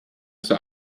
zur